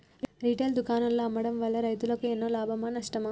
Retail దుకాణాల్లో అమ్మడం వల్ల రైతులకు ఎన్నో లాభమా నష్టమా?